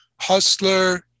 hustler